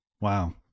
Wow